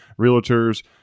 realtors